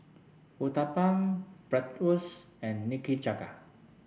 Uthapam Bratwurst and Nikujaga